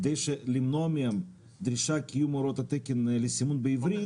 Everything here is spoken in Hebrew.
כדי למנוע מהם דרישת קיום הוראות התקן לסימון בעברית,